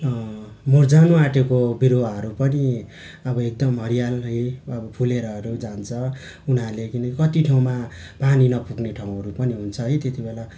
मरिजानु आँटेको बिरुवाहरू पनि अब एकदम हरियाली अब फुलेरहरू जान्छ उनीहरूले किनकि कत्ति ठाउँमा पानी नपुग्ने ठाउँहरू पनि हुन्छ है त्यति बेला